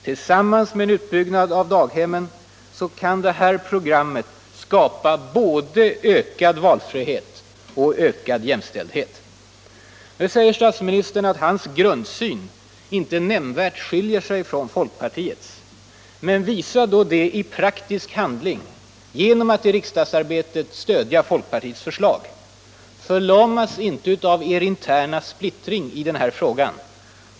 Tillsammans med en utbyggnad av daghemmen kan vårt program skapa både ökad valfrihet och ökad jämställdhet. Nu säger statsministern att hans grundsyn inte nämnvärt skiljer sig från folkpartiets. Men visa då det i praktisk handling genom att i riksdagsarbetet stödja folkpartiets förslag! Förlamas inte av er interna splittring i den här frågan!